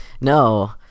no